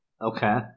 Okay